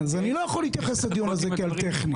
אז אני לא יכול להתייחס לדיון הזה כאל טכני,